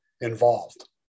involved